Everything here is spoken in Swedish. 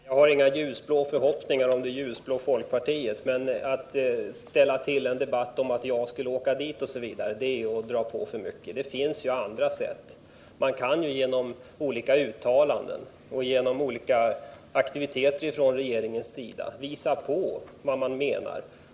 Herr talman! Jag har inga ljusblå förhoppningar om det ljusblå folkpartiet. Men att dra upp en debatt med krav på att utrikesministern skulle åka till Guatemala osv. är väl att ta i för mycket. Det finns andra sätt att agera på. Genom olika uttalanden och genom olika aktioner kan regeringen uttrycka vad den menar.